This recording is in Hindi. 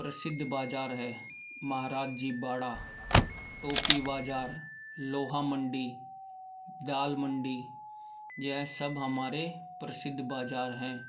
प्रसिद्ध बाजार है महाराज जी बाड़ा टोपी बाजार लोहा मंडी दाल मंडी यह सब हमारे प्रसिद्ध बाजार हैं